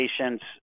patients